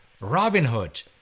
Robinhood